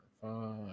five